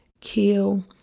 kill